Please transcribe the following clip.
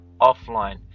offline